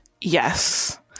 Yes